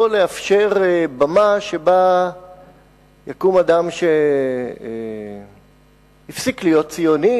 לאפשר במה שבה יקום אדם שהפסיק להיות ציוני,